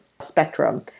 spectrum